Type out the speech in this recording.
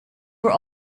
were